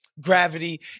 gravity